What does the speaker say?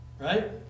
Right